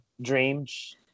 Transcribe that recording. dreams